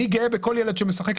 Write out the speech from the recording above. אני גאה בכל ילד שמשחק.